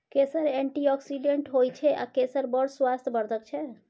केसर एंटीआक्सिडेंट होइ छै आ केसर बड़ स्वास्थ्य बर्धक छै